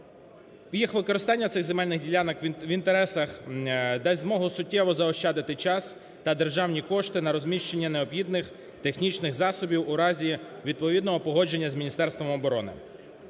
Їх використання цих земельних ділянок в інтересах дасть змогу суттєво заощадити час та державні кошти на розміщення необхідних технічних засобів в разі відповідного погодження з Міністерством оборони.